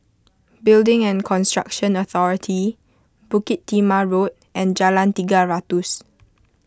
Building and Construction Authority Bukit Timah Road and Jalan Tiga Ratus